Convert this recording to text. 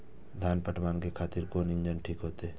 धान पटवन के खातिर कोन इंजन ठीक होते?